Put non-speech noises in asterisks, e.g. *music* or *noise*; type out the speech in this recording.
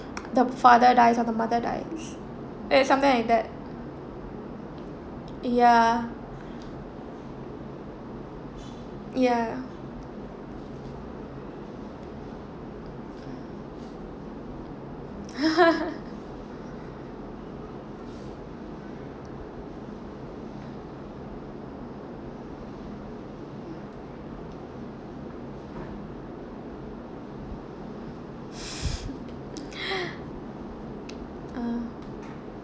the father dies or the mother dies ya something like that ya ya *laughs*